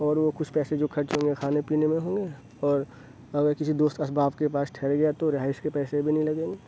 اور وہ کچھ پیسے جو خرچ ہوں گے کھانے پینے میں ہوں گے اور اور کسی دوست احباب کے پاس ٹھہر گیا تو رہائش کے پیسے بھی نہیں لگیں گے